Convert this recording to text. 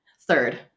Third